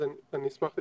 אז אני אשמח להתייחס.